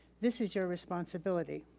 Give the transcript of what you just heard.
this is your responsibility.